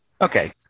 Okay